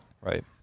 right